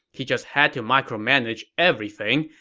he just had to micromanage everything,